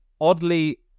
oddly